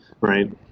right